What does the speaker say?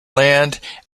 land